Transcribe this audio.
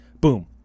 boom